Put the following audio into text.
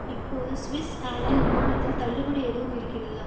இப்போது Swiss airline விமானத்தில் தள்ளுபடி எதுவும் இருக்கிறதா